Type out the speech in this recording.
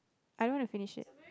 I don't want to finish it